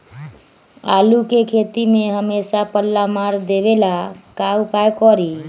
आलू के खेती में हमेसा पल्ला मार देवे ला का उपाय करी?